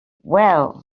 well